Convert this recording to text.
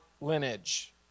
lineage